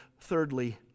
Thirdly